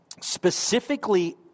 specifically